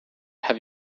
have